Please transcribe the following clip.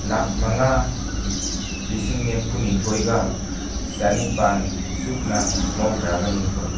ꯂꯥꯛ ꯃꯉꯥ ꯂꯤꯁꯤꯡ ꯅꯤꯐꯨꯅꯤꯊꯣꯏꯒ ꯆꯥꯅꯤꯄꯥꯟ ꯁꯨꯞꯅ ꯃꯧꯗ꯭ꯔꯥꯒ ꯅꯤꯊꯣꯏ